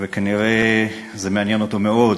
וכנראה זה מעניין אותו מאוד,